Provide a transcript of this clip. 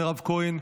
מירב כהן,